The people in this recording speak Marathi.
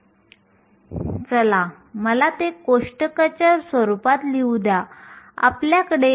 तर v थर्मलची गणना 1 x 105 प्रति सेकंद असावी